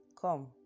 Come